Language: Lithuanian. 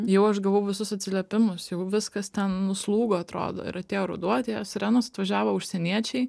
jau aš gavau visus atsiliepimus jau viskas ten nuslūgo atrodo ir atėjo ruduo atėjo sirenos atvažiavo užsieniečiai